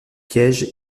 piège